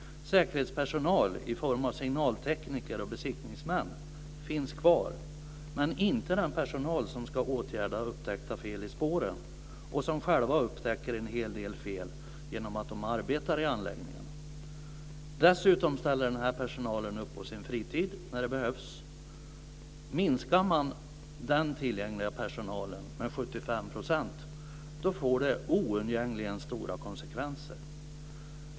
Säkerhetspersonal i form av signaltekniker och besiktningsmän finns kvar, men inte den personal som ska åtgärda upptäckta fel i spåren och som själva upptäcker en hel del fel genom att de arbetar i anläggningarna. Dessutom ställer den här personalen upp på sin fritid när det behövs. Om man minskar den tillgängliga personalen med 75 % får det oundgängligen stora konsekvenser.